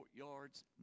courtyards